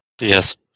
Yes